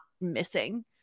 missing